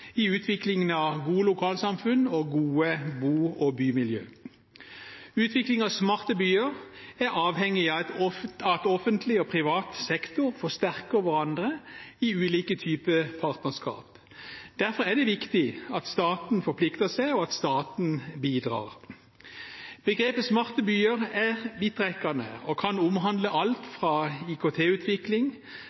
i utviklingen av gode lokalsamfunn og gode bo- og bymiljø. Utvikling av smarte byer er avhengig av at offentlig og privat sektor forsterker hverandre i ulike typer partnerskap. Derfor er det viktig at staten forplikter seg, og at staten bidrar. Begrepet «smarte byer» er vidtrekkende og kan omhandle alt fra